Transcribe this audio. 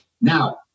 Now